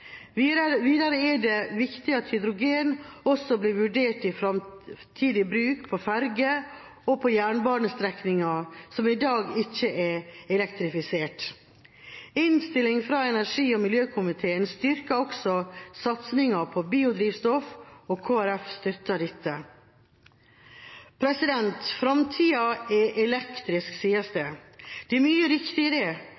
Videre er det viktig at hydrogen også blir vurdert i framtidig bruk på ferjer og på jernbanestrekninger som i dag ikke er elektrifisert. Innstillinga fra energi- og miljøkomiteen styrker også satsingen på biodrivstoff, og Kristelig Folkeparti støtter dette. Framtida er elektrisk, sies det.